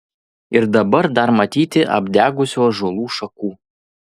ir dabar dar matyti apdegusių ąžuolų šakų